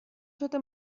شده